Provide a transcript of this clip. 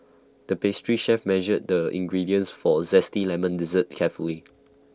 the pastry chef measured the ingredients for A Zesty Lemon Dessert carefully